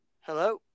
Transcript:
Hello